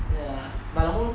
ya but the host